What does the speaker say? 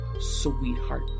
sweetheart